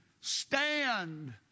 stand